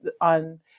on